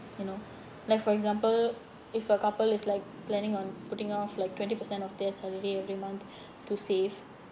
you know like for example if a couple is like planning on putting off like twenty percent of their salary every month to save